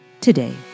today